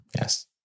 Yes